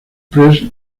press